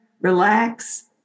relax